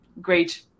great